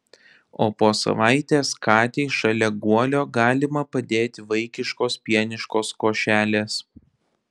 o po savaitės katei šalia guolio galima padėti vaikiškos pieniškos košelės